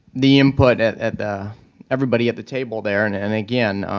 the input at at the everybody at the table there. and, and again,